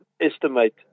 estimate